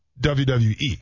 WWE